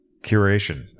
curation